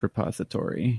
repository